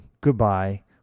Goodbye